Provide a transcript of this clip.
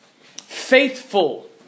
Faithful